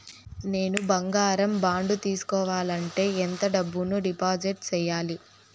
నేను బంగారం బాండు తీసుకోవాలంటే ఎంత డబ్బును డిపాజిట్లు సేయాలి?